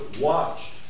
watched